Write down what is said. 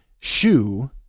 shoe